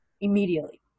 immediately